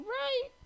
right